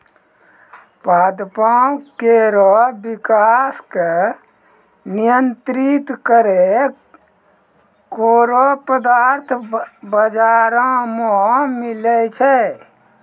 पादपों केरो विकास क नियंत्रित करै केरो पदार्थ बाजारो म मिलै छै